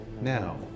now